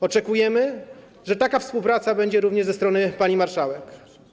Oczekujemy, że taka współpraca będzie również ze strony pani marszałek.